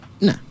no